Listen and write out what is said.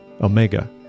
Omega